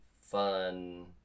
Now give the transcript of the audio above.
fun